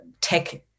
tech